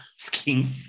asking